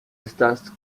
estas